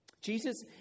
Jesus